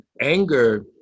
anger